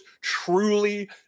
truly